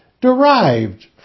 derived